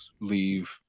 leave